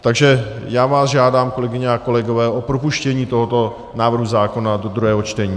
Takže já vás žádám, kolegyně a kolegové, o propuštění tohoto návrhu zákona do druhého čtení.